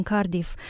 Cardiff